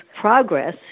progress